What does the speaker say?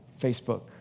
Facebook